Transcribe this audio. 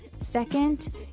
Second